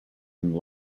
and